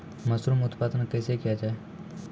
Mushroom उत्पादन कैसे किया जाय?